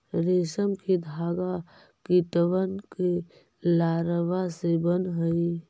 रेशम के धागा कीटबन के लारवा से बन हई